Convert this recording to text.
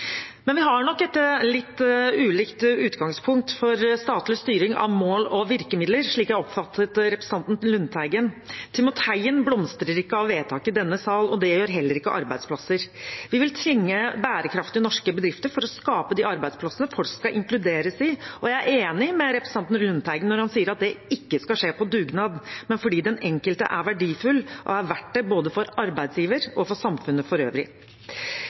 Men vi har nok et litt ulikt utgangspunkt for statlig styring av mål og virkemidler, slik jeg oppfattet representanten Lundteigen. Timoteien blomstrer ikke av vedtak i denne sal, og det gjør heller ikke arbeidsplasser. Vi vil trenge bærekraftige norske bedrifter for å skape de arbeidsplassene folk skal inkluderes i, og jeg er enig med representanten Lundteigen når han sier at det ikke skal skje på dugnad, men fordi den enkelte er verdifull og er verdt det, både for arbeidsgiveren og for samfunnet for øvrig.